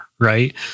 right